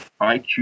IQ